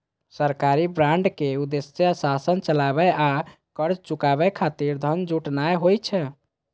सरकारी बांडक उद्देश्य शासन चलाबै आ कर्ज चुकाबै खातिर धन जुटेनाय होइ छै